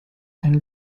and